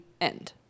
end